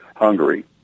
Hungary